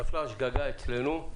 נפלה שגגה אצלנו.